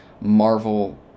Marvel